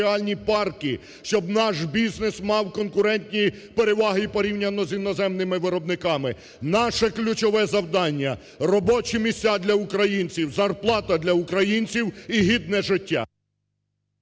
щоб наш бізнес мав конкурентні переваги і порівняно з іноземними виробниками. Наше ключове завдання – робочі місця для українців, зарплата для українців і гідне життя.